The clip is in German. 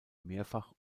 mehrfach